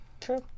True